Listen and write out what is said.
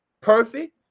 perfect